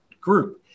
group